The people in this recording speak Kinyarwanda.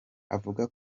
avuga